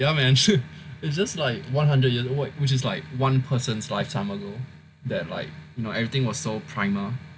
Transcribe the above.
ya man it's just like one hundred years which is like one person's lifetime ago that like you know everything was so primal